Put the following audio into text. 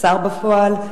השר בפועל,